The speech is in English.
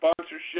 sponsorship